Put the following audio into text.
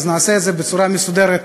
אז נעשה את זה בצורה מסודרת,